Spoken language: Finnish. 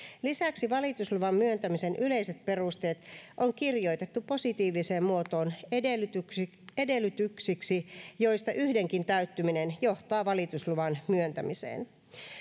lisäksi valitusluvan myöntämisen yleiset perusteet on kirjoitettu positiiviseen muotoon edellytyksiksi edellytyksiksi joista yhdenkin täyttyminen johtaa valitusluvan myöntämiseen